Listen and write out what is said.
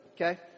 okay